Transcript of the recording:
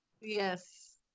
yes